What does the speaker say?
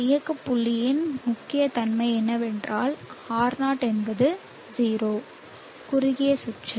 இந்த இயக்க புள்ளியின் முக்கிய தன்மை என்னவென்றால் R0 என்பது 0 குறுகிய சுற்று